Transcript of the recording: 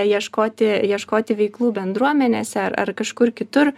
ieškoti ieškoti veiklų bendruomenėse ar ar kažkur kitur